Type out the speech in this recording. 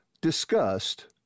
discussed